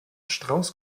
strauss